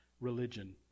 religion